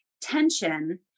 tension